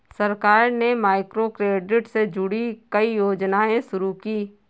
सरकार ने माइक्रोक्रेडिट से जुड़ी कई योजनाएं शुरू की